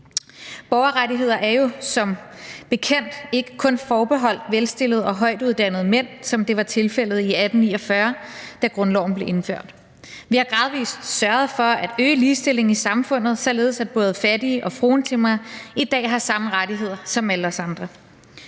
Borgerrettigheder er jo som bekendt ikke kun forbeholdt velstillede og højtuddannede mænd, som det var tilfældet i 1849, da grundloven blev indført. Vi har gradvis sørget for at øge ligestillingen i samfundet, således at både fattige og fruentimmere i dag har samme rettigheder som alle os andre.